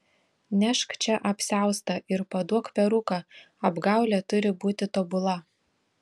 nešk čia apsiaustą ir paduok peruką apgaulė turi būti tobula